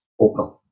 open